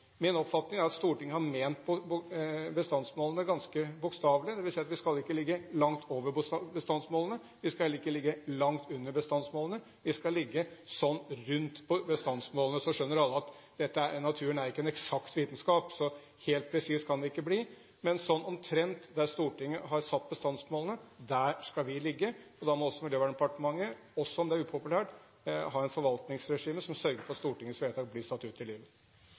Min oppfatning er at Stortinget har ment bestandsmålene ganske bokstavelig. Det vil si at vi ikke skal ligge langt over bestandsmålene. Vi skal heller ikke ligge langt under bestandsmålene. Vi skal ligge rundt bestandsmålene. Alle skjønner at naturen ikke er en eksakt vitenskap, så helt presist kan det ikke bli. Men sånn omtrent der Stortinget har satt bestandsmålene, skal vi ligge, og da må også Miljøverndepartementet – selv om det er upopulært – ha et forvaltningsregime som sørger for at Stortingets vedtak blir satt ut i livet.